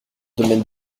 domaine